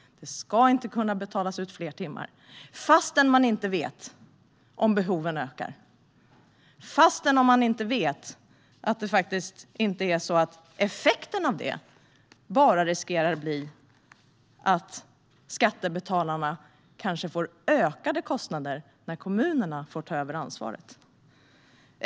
Det ska inte kunna betalas ut fler timmar, fastän man inte vet om behoven ökar eller om effekten kanske blir att skattebetalarna får ökade kostnader när kommunerna måste ta över ansvaret.